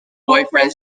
boyfriend